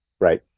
Right